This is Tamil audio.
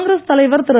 காங்கிரஸ் தலைவர் திரு